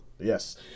Yes